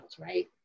right